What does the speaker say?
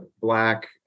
Black